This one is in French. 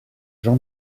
jean